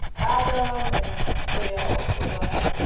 add them and then let's say i also like,